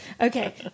Okay